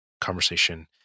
conversation